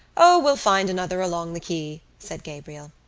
o, we'll find another along the quay, said gabriel.